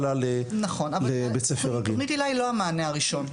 תכנית הילה היא לא המענה הראשון.